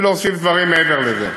ולהוסיף דברים מעבר לזה.